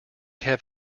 have